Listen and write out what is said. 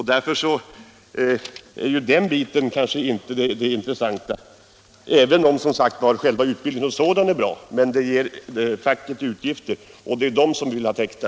Den utbildning som 25-kronan ger möjlighet till är alltså bra, men den ger facket utgifter. Det är dessa som vi vill ha täckta.